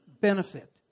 benefit